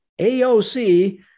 AOC